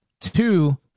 Two